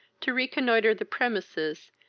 to reconnoitre the premises,